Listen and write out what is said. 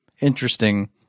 interesting